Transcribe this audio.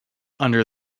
under